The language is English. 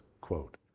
quote